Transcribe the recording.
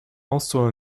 also